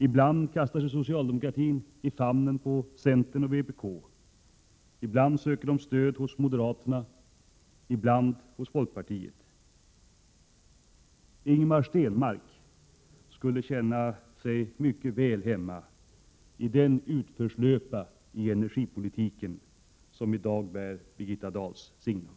Ibland kastar sig socialdemokratin i famnen på centern och vpk, ibland söker man stöd hos moderaterna, ibland hos folkpartiet. Ingemar Stenmark skulle känna sig mycket väl hemma i den utförslöpa i energipolitiken som i dag bär Birgitta Dahls signum.